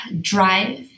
drive